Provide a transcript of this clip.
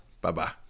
Bye-bye